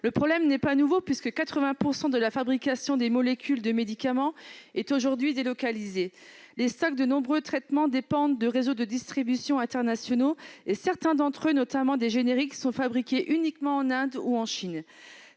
Le problème n'est pas nouveau, puisque la fabrication des molécules de médicaments est aujourd'hui délocalisée à 80 %. Les stocks de nombreux traitements dépendent de réseaux de distribution internationaux, et certains médicaments, notamment des génériques, sont fabriqués uniquement en Inde ou en Chine.